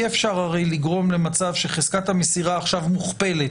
הרי אי אפשר לגרום למצב שחזקת המסירה עכשיו מוכפלת,